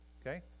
okay